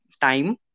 time